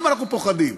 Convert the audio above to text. ליש, למה אנחנו פוחדים?